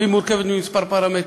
והיא מורכבת מכמה פרמטרים.